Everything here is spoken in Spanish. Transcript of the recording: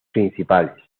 principales